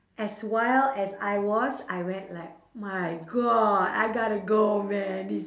as wild as I was I went like my god I gotta go man this